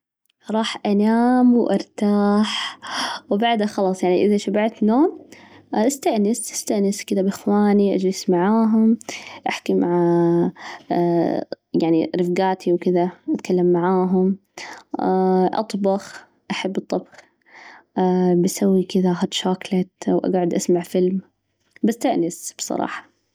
راح أنام وأرتاح، وبعدها خلاص يعني إذا شبعت نوم، أستأنس، أستأنس كذا بإخواني، أجلس معاهم، أحكي مع يعني رفجاتي وكذا، أتكلم معاهم، أطبخ، أحب الطبخ، بسوي كذا هوت شوكلت وأجعد أسمع فيلم، بستأنس بصراحة.